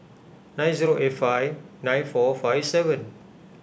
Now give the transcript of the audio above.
nine zero eight five nine four five seven